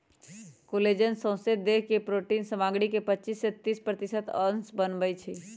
collagen सौसे देह के प्रोटिन सामग्री के पचिस से तीस प्रतिशत अंश बनबइ छइ